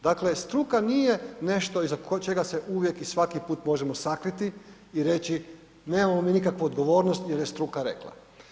Dakle, struka nije nešto iza čega se uvijek i svaki put možemo sakriti i reći, nemamo mi nikakvu odgovornost jer je struka rekla.